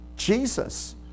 Jesus